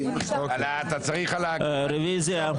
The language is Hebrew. רוויזיה.